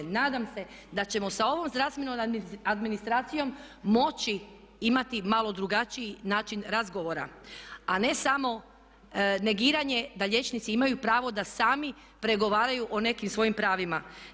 Nadam se da ćemo sa ovom zdravstvenom administracijom moći imati malo drugačiji način razgovora, a ne samo negiranje da liječnici imaju pravo da sami pregovaraju o nekim svojim pravima.